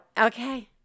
okay